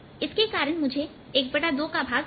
इसके कारण मुझे 12 का भाग मिलेगा